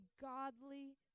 godly